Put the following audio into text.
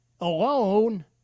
Alone